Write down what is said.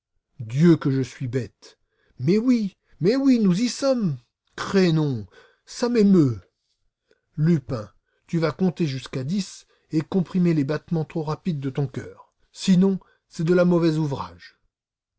dieu que je suis bête mais oui mais oui nous y sommes crénom ça m'émeut lupin tu vas compter jusqu'à dix et comprimer les battements trop rapides de ton cœur sinon c'est de la mauvaise ouvrage